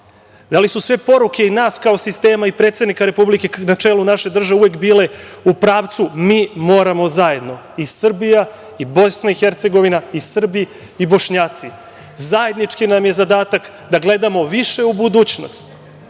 Da li su sve poruke i nas kao sistema i predsednika Republike, na čelu naše države, uvek bile u pravcu – mi moramo zajedno, i Srbija i BiH, i Srbi, i Bošnjaci. Zajednički nam je zadatak da gledamo više u budućnost.